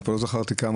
אני כבר לא זכרתי כמה,